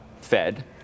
Fed